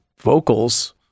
vocals